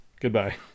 Goodbye